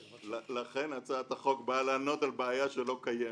לכן הצעת החוק באה לענות על בעיה שלא קיימת.